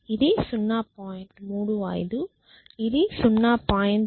08 ఇది 0